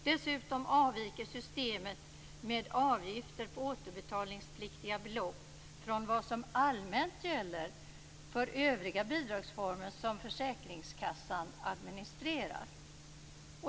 Dessutom avviker systemet med avgifter på återbetalningspliktiga belopp från vad som allmänt gäller för övriga bidragsformer som försäkringskassan administrerar.